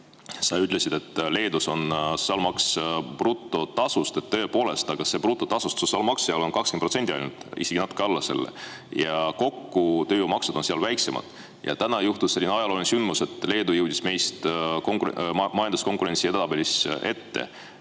sa ütlesid, et Leedus on sotsiaalmaks brutotasust. Tõepoolest, aga see brutotasust sotsiaalmaks seal on ainult 20%, isegi natuke alla selle, ja kokku tööjõumaksud on seal väiksemad. Ja täna juhtus selline ajalooline sündmus, et Leedu jõudis meist majanduskonkurentsi edetabelis ette.